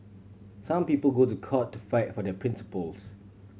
some people go to court to fight for their principles